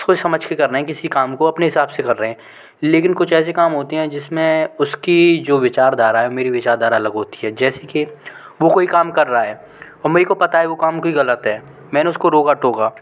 सोच समझ के करना है किसी काम को अपने हिसाब से कर रहे हैं लेकिन कुछ ऐसे काम होते हैं जिस में उसकी जो विचारधारा है मेरी विचारधारा अलग होती हैं जैसे कि वो कोई काम कर रहा है और मेरे को पता है कि वो काम ग़लत है मैंने उसको रोका टोका